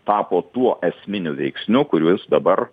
tapo tuo esminiu veiksniu kuris dabar